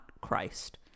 christ